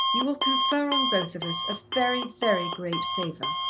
you will confer on both of us a very, very great favour.